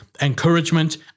encouragement